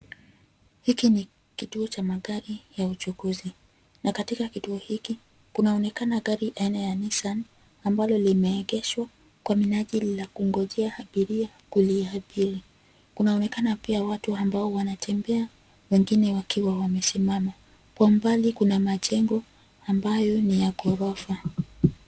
Hiki ni kituo cha magari ya uchunguzi, na katika kituo hiki, kunaonekana gari aina ya nissan ambalo limeegeshwa kwa minajili la kungojea abiria kuliabiri. Kunaonekana pia watu ambao wanatembea wengine wakiwa wamesimama. Kwa mbali kuna majengo ambayo ni ya ghorofa.